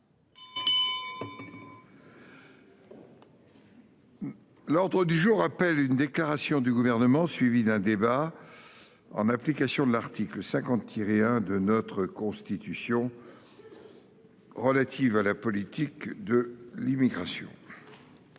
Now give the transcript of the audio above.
L'ordre du jour appelle une déclaration du gouvernement suivie d'un débat. En application de l'article 50 tirer 1 de notre Constitution. Relatives à la politique de l'immigration.--